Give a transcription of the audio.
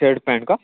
shirt pant का